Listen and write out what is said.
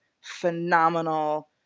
phenomenal